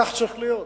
כך צריך להיות.